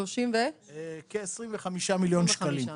כ-25 מיליון שקלים.